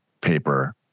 paper